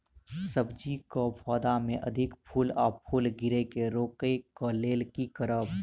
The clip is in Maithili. सब्जी कऽ पौधा मे अधिक फूल आ फूल गिरय केँ रोकय कऽ लेल की करब?